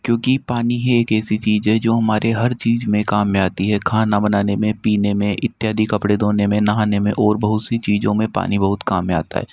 क्योंकि पानी ही एक ऐसी चीज़ है जो हमारे हर चीज़ में काम में आती है खाना बनाने में पीने में इत्यादि कपड़े धोने में नहाने में और बहुत सी चीज़ों में पानी बहुत काम में आता है